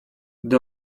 gdy